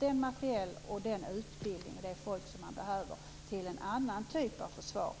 den materiel, den utbildning och de människor som behövs till en annan typ av försvar.